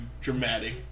dramatic